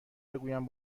بگویم